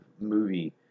movie